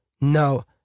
No